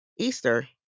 Easter